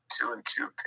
two-and-two